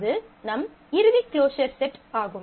அது நம் இறுதி க்ளோஸர் செட் ஆகும்